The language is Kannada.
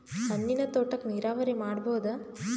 ಹಣ್ಣಿನ್ ತೋಟಕ್ಕ ನೀರಾವರಿ ಮಾಡಬೋದ?